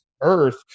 earth